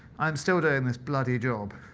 i'm still doing this bloody job.